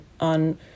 on